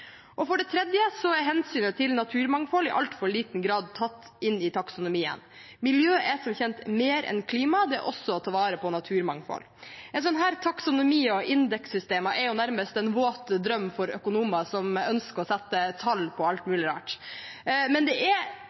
For det tredje er hensynet til naturmangfold i altfor liten grad tatt inn i taksonomien. Miljø er som kjent mer enn klima, det er også å ta vare på naturmangfold. En sånn taksonomi og sånne indekssystemer er nærmest en våt drøm for økonomer som ønsker å sette tall på alt mulig rart, men det er